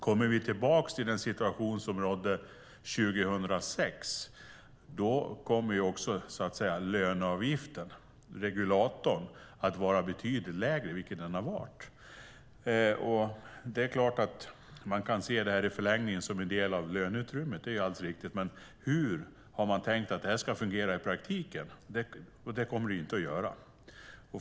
Kommer vi tillbaka till den situation som rådde 2006 blir också löneavgiften - regulatorn - betydligt lägre. Det är klart att man i förlängningen kan se den som en del av löneutrymmet. Men hur har man tänkt att detta ska fungera i praktiken? Det kommer det inte att göra.